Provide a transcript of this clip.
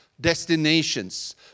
destinations